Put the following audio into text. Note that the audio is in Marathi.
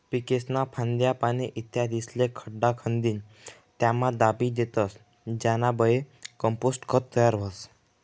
पीकेस्न्या फांद्या, पाने, इत्यादिस्ले खड्डा खंदीन त्यामा दाबी देतस ज्यानाबये कंपोस्ट खत तयार व्हस